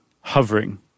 hovering